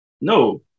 No